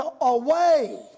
away